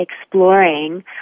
exploring